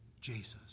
Jesus